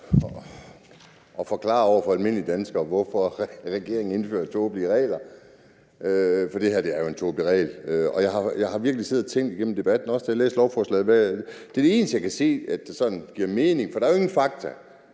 at forklare over for almindelige danskere, hvorfor regeringen indfører tåbelige regler, for det her er jo en tåbelig regel. Jeg har virkelig siddet og tænkt igennem debatten og også, da jeg læste lovforslaget, og der er kun en ting, jeg kan se sådan give mening, for der er ingen fakta.